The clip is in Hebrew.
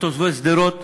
את תושבי שדרות,